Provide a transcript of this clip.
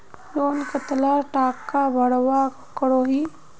Loan कतला टाका भरवा करोही?